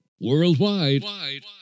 worldwide